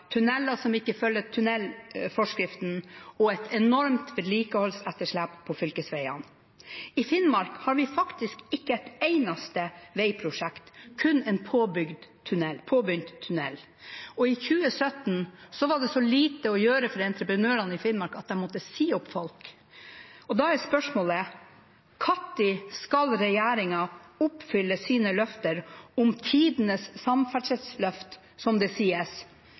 som ikke følger tunnelforskriften og et enormt vedlikeholdsetterslep på fylkesveiene. I Finnmark har vi faktisk ikke et eneste veiprosjekt, kun en påbegynt tunnel, og i 2017 var det så lite å gjøre for entreprenørene i Finnmark at de måtte si opp folk. Da er spørsmålet: Når skal regjeringen oppfylle sine løfter om tidenes samferdselsløft, som det